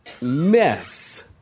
mess